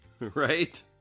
Right